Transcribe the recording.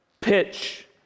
pitch